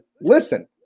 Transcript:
listen